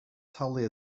tally